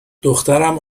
دخترم